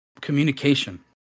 communication